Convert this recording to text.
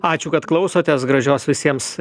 ačiū kad klausotės gražios visiems